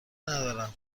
ندارم